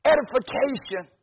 Edification